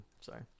sorry